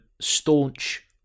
staunch